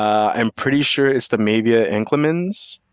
i'm pretty sure it's the maevia inclemens.